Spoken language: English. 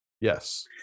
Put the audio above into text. Yes